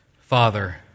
Father